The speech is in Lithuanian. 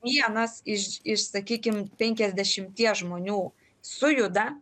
vienas iš iš sakykim penkiasdešimties žmonių sujuda